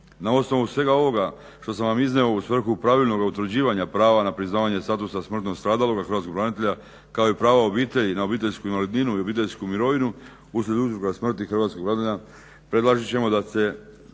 Na osnovu svega ovoga što sam vam iznio u svrhu pravilnoga utvrđivanja prava na priznavanje statusa smrtno stradalog hrvatskog branitelja kao i prava obitelji na obiteljsku invalidninu i obiteljsku mirovinu uslijed uzroka smrti hrvatskog branitelja predložit ćemo da se